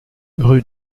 rue